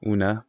Una